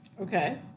Okay